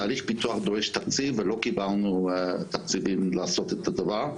תהליך פיתוח דורש תקציב ולא קיבלנו תקציבים לעשות את הדבר.